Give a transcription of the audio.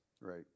right